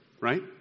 right